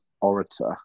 orator